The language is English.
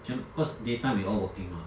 cause daytime we all working mah